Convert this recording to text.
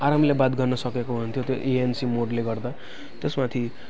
आरामले बात गर्न सकेको हुन्थ्यो त्यो एएनसी मोडले गर्दा त्यसमाथि